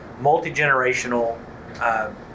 multi-generational